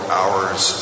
hours